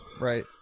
Right